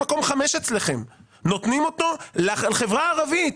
אלא נותנים אותו לחברה הערבית,